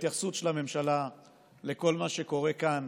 שההתייחסות של הממשלה לכל מה שקורה כאן